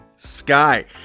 sky